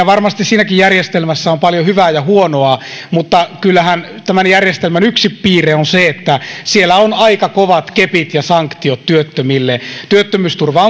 varmasti siinäkin järjestelmässä on paljon hyvää ja huonoa mutta kyllähän tämän järjestelmän yksi piirre on se että siellä on aika kovat kepit ja sanktiot työttömille työttömyysturva